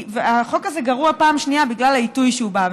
החוק הזה גרוע פעם שנייה בגלל העיתוי שבו הוא בא.